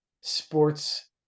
sports